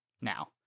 Now